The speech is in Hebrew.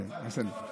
אוקיי, בסדר.